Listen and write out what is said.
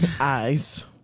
eyes